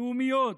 לאומיות,